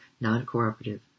non-cooperative